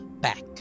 back